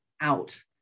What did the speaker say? out